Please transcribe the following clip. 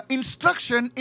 instruction